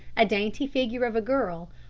a dainty figure of a girl,